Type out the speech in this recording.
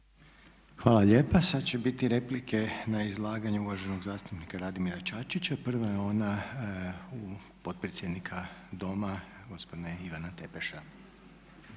Hvala lijepa. Sad će biti replike na izlaganje uvaženog zastupnika Radimira Čačića. Prava je ona potpredsjednika doma gospodina Ivana Tepeša.